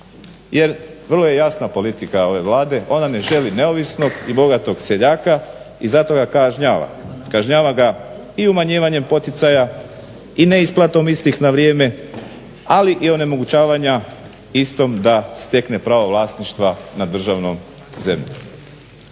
Jer vrlo je jasna politika ove Vlade. Ona ne želi neovisnog i bogatog seljaka i zato ga kažnjava. Kažnjava ga i umanjivanjem poticaja i neisplatom istih na vrijeme ali i onemogućavanja istom da stekne pravo vlasništva na državnom zemljištu.